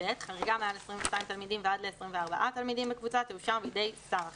חריגה מעל ל-22 תלמידים ועד ל-24 תלמידים בקבוצה תאושר בידי שר החינוך.